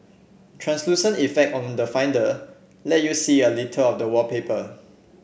translucent effect on the Finder let you see a little of the wallpaper